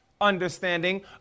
understanding